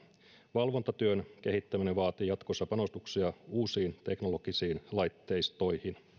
valvontatyön kehittäminen vaatii jatkossa panostuksia uusiin teknologisiin laitteistoihin